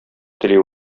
тели